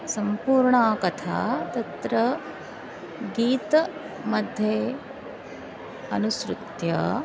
सम्पूर्णकथा तत्र गीतमध्ये अनुसृत्य